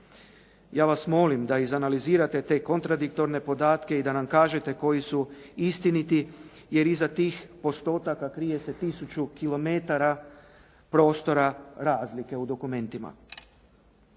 Ja vas molim da izanalizirate te kontradiktorne podatke i da nam kažete koji su istiniti, jer iza tih postotaka krije se tisuću kilometara prostora razlike u dokumentima.